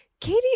Katie